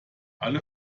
alle